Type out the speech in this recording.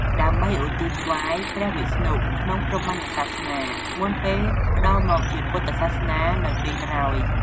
ដើម្បីឧទ្ទិសថ្វាយព្រះវិស្ណុក្នុងព្រហ្មញ្ញសាសនា មុនពេលប្តូរមកជាពុទ្ធសាសនានៅពេលក្រោយ។